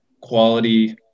quality